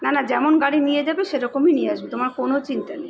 না না যেমন গাড়ি নিয়ে যাবে সেরকমই নিয়ে আসবে তোমার কোনো চিন্তা নেই